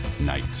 Night